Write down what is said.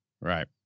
right